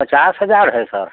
पचास हज़ार है सर